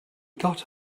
got